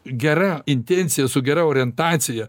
gera intencija su gera orientacija